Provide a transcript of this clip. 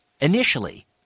initially